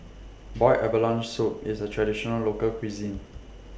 boiled abalone Soup IS A Traditional Local Cuisine